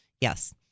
yes